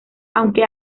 aunque